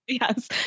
Yes